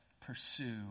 pursue